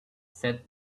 said